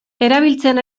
erabiltzen